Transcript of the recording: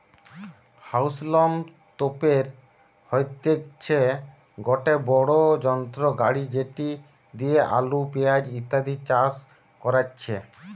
হাউলম তোপের হইতেছে গটে বড়ো যন্ত্র গাড়ি যেটি দিয়া আলু, পেঁয়াজ ইত্যাদি চাষ করাচ্ছে